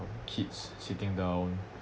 kids sitting down